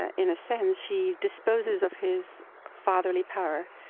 ah in a sense she disposes of his fatherly power.